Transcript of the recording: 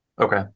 Okay